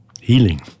healing